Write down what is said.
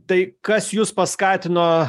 tai kas jus paskatino